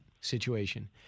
situation